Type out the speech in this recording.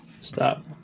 Stop